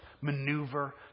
maneuver